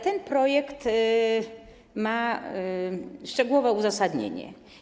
Ten projekt ma szczegółowe uzasadnienie.